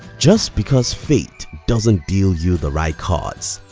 just because fate doesn't deal you the right cards,